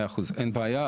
מאה אחוז, אין בעיה.